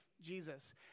Jesus